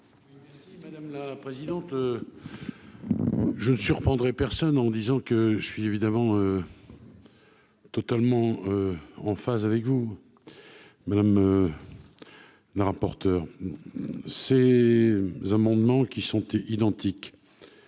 Merci. La présidente je ne surprendrai personne en disant que je suis évidemment. Totalement en phase avec vous madame la rapporteure ces amendements qui sont identiques,